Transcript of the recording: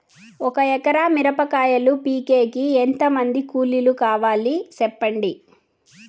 ఒక ఎకరా మిరప కాయలు పీకేకి ఎంత మంది కూలీలు కావాలి? సెప్పండి?